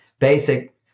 basic